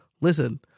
listen